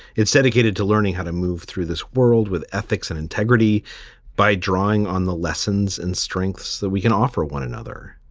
it's dedicated to learning how to move through this world with ethics and integrity by drawing on the lessons and strengths that we can offer one another.